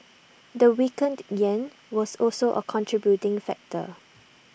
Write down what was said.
the weakened Yen was also A contributing factor